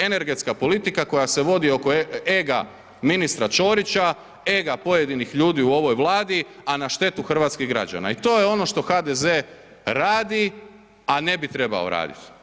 Energetska politika koja se vodi oko ega ministra Čorića, ega pojedinih ljudi u ovoj Vladi a na štetu hrvatskih građana i to je ono što HDZ radi a ne bi trebao radit.